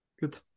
Good